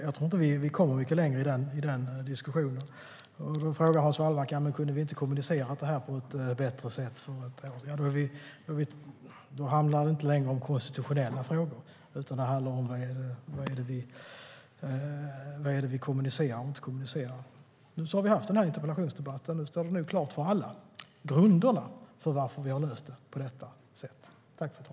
Jag tror inte att vi kommer mycket längre i den diskussionen. Hans Wallmark frågade om vi inte kunde ha kommunicerat detta på ett bättre sätt. Men då handlar det inte längre om konstitutionella frågor utan om vad vi kommunicerar och inte kommunicerar. Nu har vi haft denna interpellationsdebatt, så nu står nog grunderna för varför vi har löst det på detta sätt klara för alla.